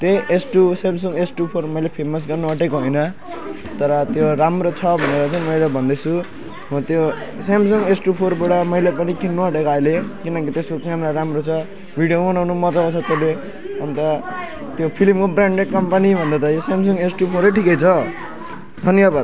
त्यही S two Samsung S two four मैले famous गर्नुआँटेको होइन तर त्यो राम्रो छ भनेर चाहिँ मेरो भन्दैछु हो त्यो स्यामसुङ एस टू फोरबाट मैले पनि किन्नुआँटेको अहिले किनकि त्यसको क्यामरा राम्रो छ भिडियो पनि बनाउनु मजा आउँछ त्यसले अन्त त्यो फिल्मको ब्रान्डेड कम्पनी भन्दा त यो स्यामसुङ एस टू फोरै ठिकै छ धन्यवाद